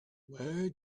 where